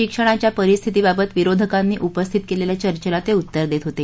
शिक्षणाच्या परिस्थितीबाबत विरोधकांनी उपस्थित केलेल्या चर्चेला ते उत्तर देत होते